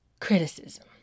criticism